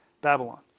Babylon